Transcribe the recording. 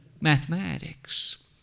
Mathematics